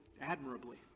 admirably